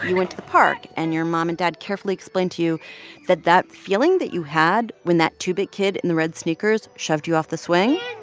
went to the park, and your mom and dad carefully explained to you that that feeling that you had when that two-bit kid in the red sneakers shoved you off the swing,